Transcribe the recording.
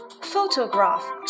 Photograph